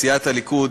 סיעת הליכוד,